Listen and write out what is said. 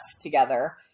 together